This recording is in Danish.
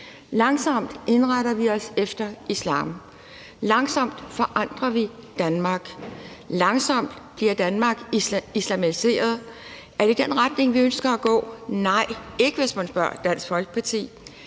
Langsomt indretter vi os efter islam. Langsomt forandrer vi Danmark. Langsomt bliver Danmark islamiseret. Er det den retning, vi ønsker at gå? Nej, ikke hvis man spørger Dansk Folkeparti.